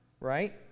right